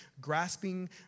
Grasping